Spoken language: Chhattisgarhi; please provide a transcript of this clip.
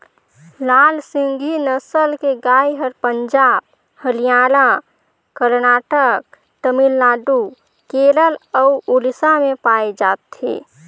लाल सिंघी नसल के गाय हर पंजाब, हरियाणा, करनाटक, तमिलनाडु, केरल अउ उड़ीसा में पाए जाथे